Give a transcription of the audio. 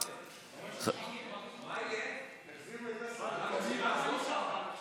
הארכת תוקפן של תקנות שעת חירום (נגיף הקורונה החדש,